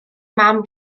mam